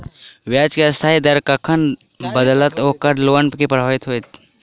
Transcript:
ब्याज केँ अस्थायी दर कखन बदलत ओकर लोन पर की प्रभाव होइत?